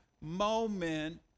moment